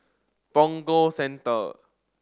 Punggol Central